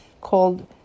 called